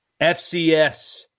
FCS